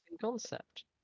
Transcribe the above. concept